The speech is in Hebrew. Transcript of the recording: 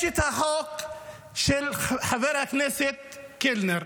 יש את החוק של חבר הכנסת קלנר,